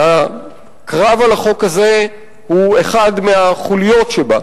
שהקרב על החוק הזה הוא אחת מהחוליות שבה,